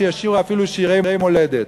שישירו אפילו שירי מולדת.